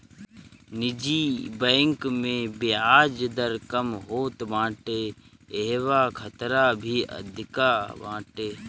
निजी बैंक में बियाज दर कम होत बाटे इहवा खतरा भी अधिका बाटे